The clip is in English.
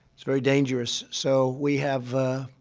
it's very dangerous. so we have a